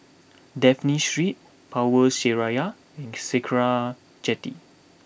Dafne Street Power Seraya and Sakra Jetty